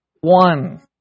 one